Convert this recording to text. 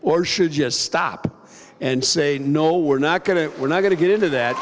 or should just stop and say no we're not going to we're not going to get into that